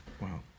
Wow